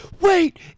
Wait